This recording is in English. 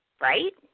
right